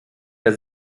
der